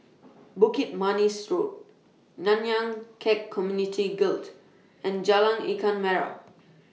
Bukit Manis Road Nanyang Khek Community Guild and Jalan Ikan Merah